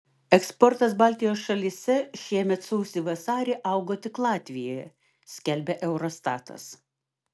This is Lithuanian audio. eksportas baltijos šalyse šiemet sausį vasarį augo tik latvijoje skelbia eurostatas